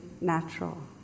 natural